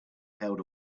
held